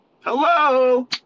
Hello